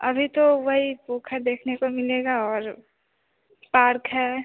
अभी तो वही पोखर देखने को मिलेगा और पार्क है